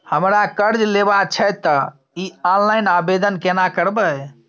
हमरा कर्ज लेबा छै त इ ऑनलाइन आवेदन केना करबै?